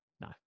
No